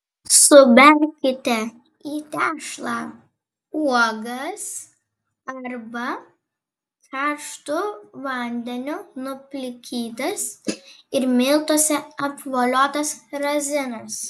suberkite į tešlą uogas arba karštu vandeniu nuplikytas ir miltuose apvoliotas razinas